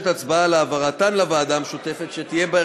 הקליטה והתפוצות נתקבלה.